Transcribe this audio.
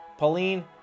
Pauline